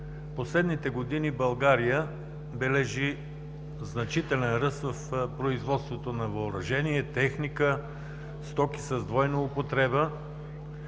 последните години България бележи значителен ръст в производството на въоръжение, техника, стоки с двойна употреба.